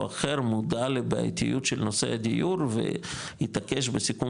או אחר מודע לבעייתיות של נושא הדיור והתעקש בסיכום